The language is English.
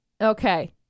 Okay